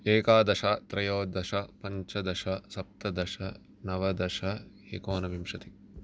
एकादश त्रयोदश पञ्चदश सप्तदश नवदश एकोनविंशतिः